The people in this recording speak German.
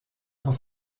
muss